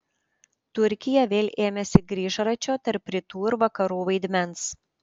turkija vėl ėmėsi grįžračio tarp rytų ir vakarų vaidmens